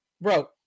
Bro